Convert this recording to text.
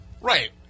Right